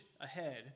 ahead